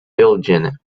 belgian